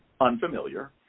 unfamiliar